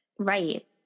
Right